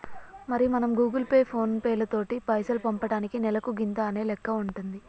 మరి మనం Google Pay phone పేలతోటి పైసలు పంపటానికి నెలకు గింత అనే లెక్క ఉంటుంది